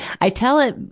i tell it